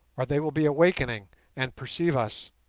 or they will be awakening and perceive us